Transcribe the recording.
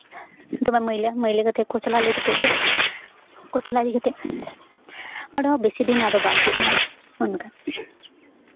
ᱫᱚᱢᱮ ᱢᱟᱹᱭᱞᱟᱹ ᱢᱟᱹᱭᱞᱟᱹ ᱠᱟᱛᱮ ᱠᱚᱪᱞᱟᱣ ᱞᱮ ᱤᱫᱤ ᱠᱮᱜ ᱜᱮ ᱠᱚᱪᱞᱟᱣ ᱤᱫᱤ ᱠᱟᱛᱮ ᱚᱸᱰᱮ ᱦᱚᱸ ᱟᱫᱚ ᱵᱮᱥᱤ ᱫᱤᱱ ᱵᱟᱝ ᱴᱤᱠᱟᱹᱜᱼᱟ ᱚᱱᱠᱟ